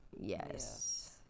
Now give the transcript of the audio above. Yes